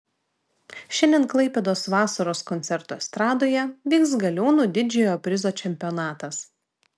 šiandien klaipėdos vasaros koncertų estradoje vyks galiūnų didžiojo prizo čempionatas